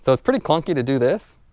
so it's pretty clunky to do this